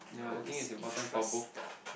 who is interested